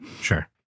Sure